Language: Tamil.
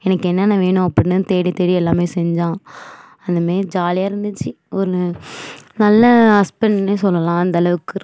எனக்கு என்னன்ன வேணும் அப்படின்னு தேடித் தேடி எல்லாமே செஞ்சான் அந்த மாரி ஜாலியாக இருந்துச்சு ஒன்று நல்ல ஹஸ்பண்டுன்னே சொல்லலாம் அந்தளவுக்கு இருக்கும்